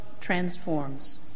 transforms